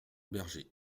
berger